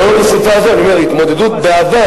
לא, לא בשרפה הזאת, אני אומר: התמודדות בעבר.